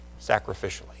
Sacrificially